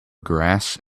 grass